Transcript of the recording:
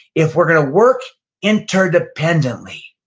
if we're gonna work interdependently,